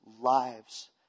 lives